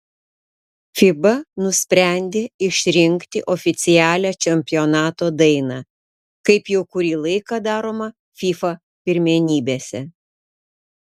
fiba nusprendė išrinkti oficialią čempionato dainą kaip jau kurį laiką daroma fifa pirmenybėse